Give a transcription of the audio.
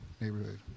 neighborhood